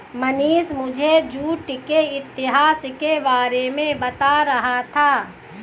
मनीष मुझे जूट के इतिहास के बारे में बता रहा था